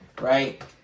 right